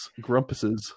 grumpuses